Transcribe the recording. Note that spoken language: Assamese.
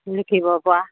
লিখিব পৰা